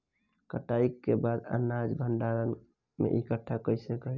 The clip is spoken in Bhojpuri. कटाई के बाद अनाज के भंडारण में इकठ्ठा कइसे करी?